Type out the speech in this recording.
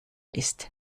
ist